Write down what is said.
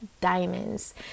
diamonds